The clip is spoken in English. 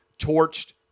torched